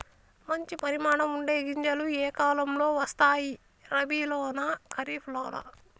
మంచి పరిమాణం ఉండే గింజలు ఏ కాలం లో వస్తాయి? రబీ లోనా? ఖరీఫ్ లోనా?